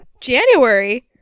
January